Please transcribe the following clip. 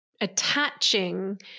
attaching